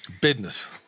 Business